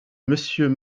monsieur